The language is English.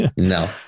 No